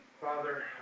Father